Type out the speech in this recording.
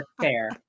fair